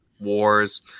wars